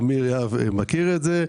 ואמיר יהב מכיר את זה.